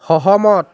সহমত